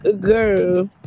Girl